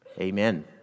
amen